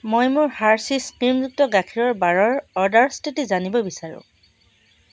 মই মোৰ হাৰ্সীছ ক্ৰীমযুক্ত গাখীৰৰ বাৰৰ অৰ্ডাৰৰ স্থিতি জানিব বিচাৰোঁ